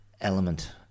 element